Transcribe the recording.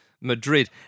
Madrid